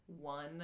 one